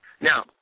Now